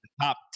top